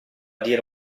dire